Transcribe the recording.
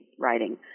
writing